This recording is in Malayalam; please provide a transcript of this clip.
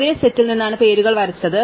ഒരേ സെറ്റിൽ നിന്നാണ് പേരുകൾ വരച്ചത്